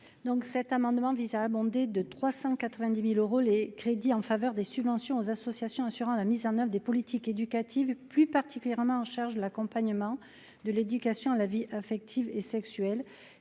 Donc, cet amendement vise à abonder de 390000 euros les crédits en faveur des subventions aux associations assurant la mise en oeuvre des politiques éducatives, plus particulièrement en charge l'accompagnement de l'éducation à la vie affective et sexuelle,